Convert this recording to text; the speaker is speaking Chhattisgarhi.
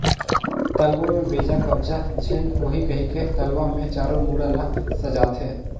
तलवा में बेजा कब्जा झेन होहि कहिके तलवा मे चारों मुड़ा ल सजाथें